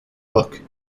look